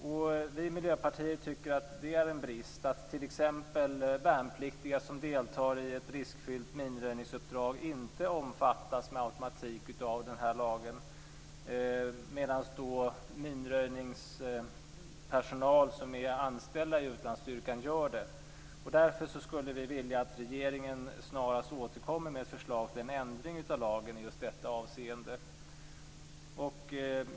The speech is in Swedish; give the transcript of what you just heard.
Vi i Miljöpartiet tycker att det är en brist att t.ex. värnpliktiga som deltar i ett riskfyllt minröjningsuppdrag inte med automatik omfattas av den här lagen, medan minröjningspersonal som är anställd i utlandsstyrkan gör det. Därför skulle vi vilja att regeringen snarast återkommer med förslag till en ändring av lagen i just detta avseende.